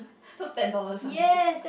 those ten dollars one is it